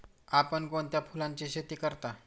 आपण कोणत्या फुलांची शेती करता?